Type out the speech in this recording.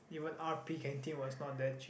even r_p canteen was not that cheap